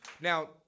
Now